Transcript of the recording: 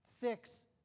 fix